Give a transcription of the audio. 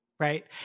right